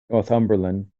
northumberland